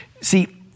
See